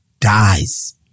dies